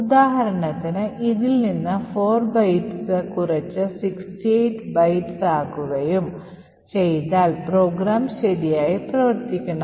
ഉദാഹരണത്തിന് ഇതിൽനിന്ന് 4 bytes കുറച്ച് 68 bytes ആക്കുകയും ചെയ്താൽ program ശരിയായി പ്രവർത്തിക്കണം